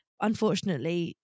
Unfortunately